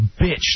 bitch